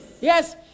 Yes